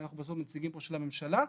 אנחנו בסוף נציגים של הממשלה פה.